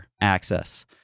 access